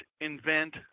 invent